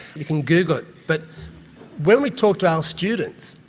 you can google it. but when we talk to our students,